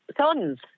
sons